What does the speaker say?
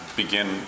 begin